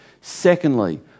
Secondly